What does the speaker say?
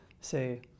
say